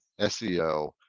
SEO